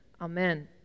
amen